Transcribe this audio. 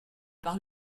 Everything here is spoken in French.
par